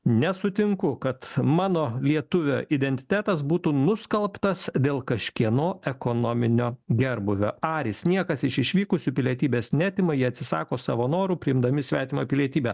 nesutinku kad mano lietuvio identitetas būtų nuskalbtas dėl kažkieno ekonominio gerbūvio aris niekas iš išvykusių pilietybės neatima jie atsisako savo noru priimdami svetimą pilietybę